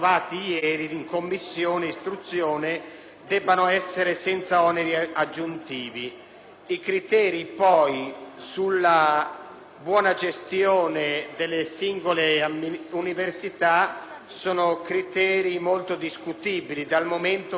debbano essere senza oneri aggiuntivi; i criteri, poi, sulla buona gestione delle singole università sono molto discutibili, dal momento che sono riferiti solo alle spese del personale